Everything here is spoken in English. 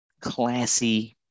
classy